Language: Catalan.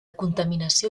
contaminació